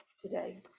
today